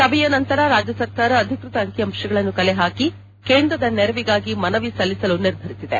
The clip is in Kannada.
ಸಭೆಯ ನಂತರ ರಾಜ್ಯ ಸರ್ಕಾರ ಅಧಿಕೃತ ಅಂಕಿ ಅಂಶಗಳನ್ನು ಕಲೆ ಹಾಕಿ ಕೇಂದ್ರದ ನೆರವಿಗಾಗಿ ಮನವಿ ಸಲ್ಲಿಸಲು ನಿರ್ಧರಿಸಿದೆ